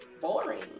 boring